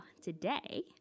today